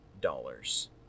dollars